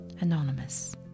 Anonymous